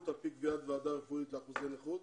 על פי קביעת ועדה רפואית לאחוזי נכות,